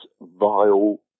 vile